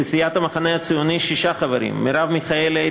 לסיעת המחנה הציוני שישה חברים: מרב מיכאלי,